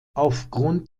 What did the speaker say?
aufgrund